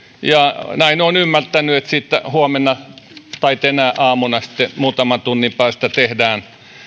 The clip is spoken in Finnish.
ja näin olen ymmärtänyt että siitä huomenna tai tänä aamuna sitten muutaman tunnin päästä tehdään